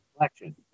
election